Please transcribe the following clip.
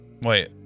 Wait